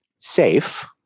Safe